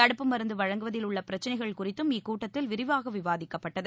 தடுப்பு மருந்து வழங்குவதில் உள்ள பிரச்சினைகள் குறித்தும் இக்கூட்டத்தில் விரிவாக விவாதிக்கப்பட்டது